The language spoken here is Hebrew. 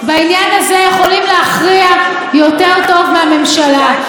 בעניין הזה יכולים להכריע יותר טוב מהממשלה.